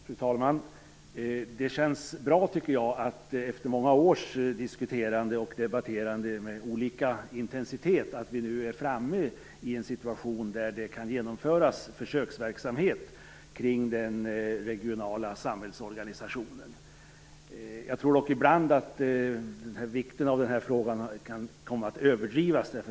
Fru talman! Det känns bra, tycker jag, att vi nu efter många års diskuterande och debatterande med olika intensitet är framme i en situation då det kan genomföras försöksverksamhet kring den regionala samhällsorganisationen. Jag tror dock ibland att den här frågans vikt kan komma att överdrivas.